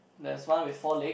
there is one with four leg